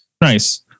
Nice